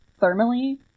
thermally